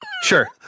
Sure